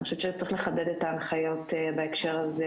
אני חושבת שצריך לחדד את ההנחיות בהקשר הזה